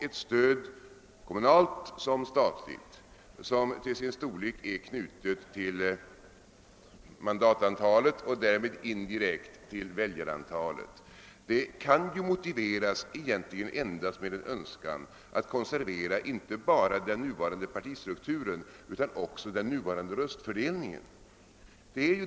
Ett stöd, kommunalt eller statligt, som till sin storlek är knutet till mandatantalet och därmed indirekt till väljarantalet, kan motiveras endast med en önskan att konservera inte bara den nuvarande partistrukturen utan också den nuvarande röstfördelningen.